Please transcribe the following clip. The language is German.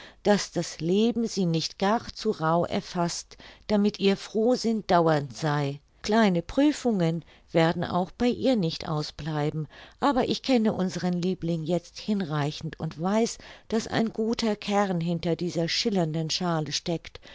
daß das leben sie nicht gar zu rauh erfaßt damit ihr frohsinn dauernd sei kleine prüfungen werden auch bei ihr nicht ausbleiben aber ich kenne unseren liebling jetzt hinreichend und weiß daß ein guter kern hinter dieser schillernden schale steckt